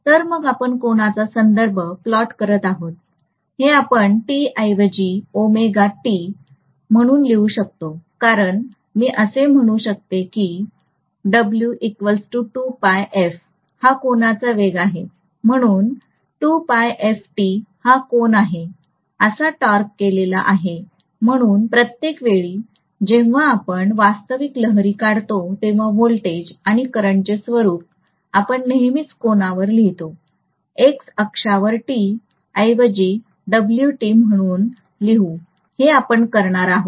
तर मग आपण कोनाचा संदर्भात प्लॉट करत आहोत हे आपण t ऐवजी ओमेगा t म्हणून लिहू शकतो कारण मी असे म्हणू शकतो की w 2πf हा कोनाचा वेग आहे म्हणून 2πft हा कोन आहे असा ट्रॅवर्स केलेला आहे म्हणून प्रत्येक वेळी जेव्हा आपण वास्तविक लहरी काढतो तेव्हा व्होल्टेज किंवा करंटचे स्वरुप आपण नेहमीच कोनावर लिहितो x अक्षावर t ऐवजी wt म्हणून लिहू हे आपण करणार आहोत